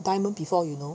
Diamond before you know